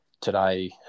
today